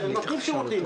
ונותנים שירותים,